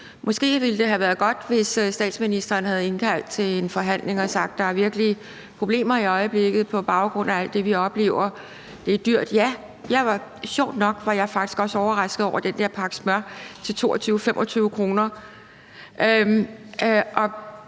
Måske ville det have været godt, hvis statsministeren havde indkaldt til en forhandling og sagt, at der virkelig er problemer i øjeblikket på baggrund af alt det, vi oplever. Det er dyrt, ja. Sjovt nok var jeg faktisk også overrasket over den der pakke smør til 22-25 kr.